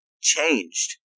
changed